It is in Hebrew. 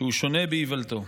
שהוא שונה באיוולתו,